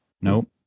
Nope